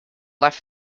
left